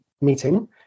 meeting